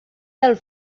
del